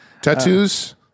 Tattoos